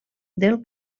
del